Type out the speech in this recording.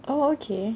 oh okay